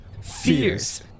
fierce